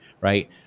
Right